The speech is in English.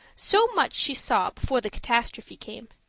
so much she saw before the catastrophe came.